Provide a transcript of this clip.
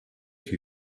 she